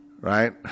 right